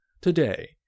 Today